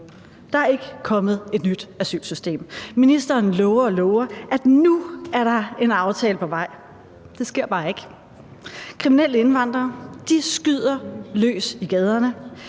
Der er ikke kommet et nyt asylsystem. Ministeren lover og lover, at nu er der en aftale på vej – det sker bare ikke. Kriminelle indvandrere skyder løs i gaderne